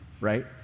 right